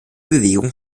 bewegung